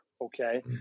okay